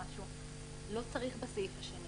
לא צריך בסעיף השני